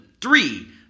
three